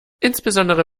insbesondere